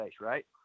right